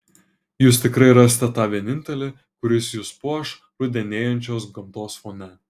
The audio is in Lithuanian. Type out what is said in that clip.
jūs tikrai rasite tą vienintelį kuris jus puoš rudenėjančios gamtos fone